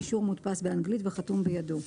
אישור מודפס באנגלית וחתום בידו.